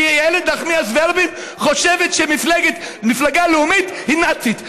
איילת נחמיאס ורבין חושבת שמפלגה לאומית היא נאצית?